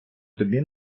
тобі